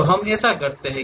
तो हम ऐसा करते हैं